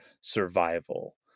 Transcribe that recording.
survival